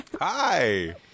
Hi